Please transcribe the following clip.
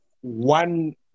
one